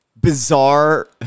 bizarre